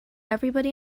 everybody